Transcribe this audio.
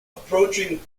approaching